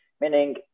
meaning